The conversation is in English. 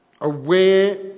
aware